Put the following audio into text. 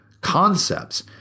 concepts